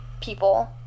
people